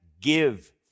give